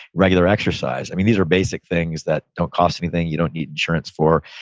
regular exercise. these are basic things that don't cost anything, you don't need insurance for.